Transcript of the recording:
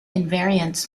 invariants